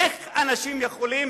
איך אנשים יכולים